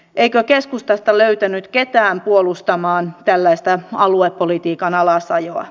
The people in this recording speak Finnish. eikö keskustasta löytynyt ketään puolustamaan tällaista aluepolitiikan alasajoa